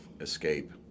escape